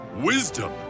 wisdom